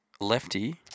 lefty